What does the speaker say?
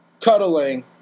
cuddling